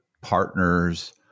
partners